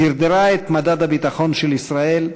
דרדרה את מדד הביטחון של ישראל,